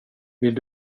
vill